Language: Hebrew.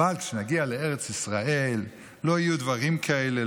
אבל כשנגיע לארץ ישראל לא יהיו דברים כאלה,